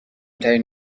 ترین